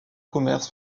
commerce